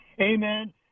Amen